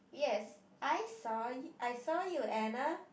yes I saw I saw you Anna